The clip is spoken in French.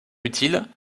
utile